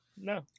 no